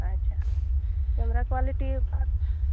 ᱟᱪᱪᱷᱟ camera quality